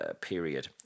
period